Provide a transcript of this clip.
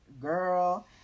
girl